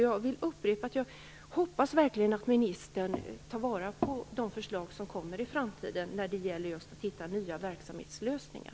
Jag vill upprepa att jag verkligen hoppas att ministern tar vara på de förslag som kommer i framtiden när det gäller just att hitta nya verksamhetslösningar.